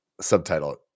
subtitle